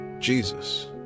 Jesus